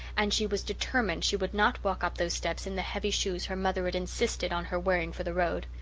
and she was determined she would not walk up those steps in the heavy shoes her mother had insisted on her wearing for the road.